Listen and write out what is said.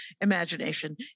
imagination